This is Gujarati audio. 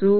શું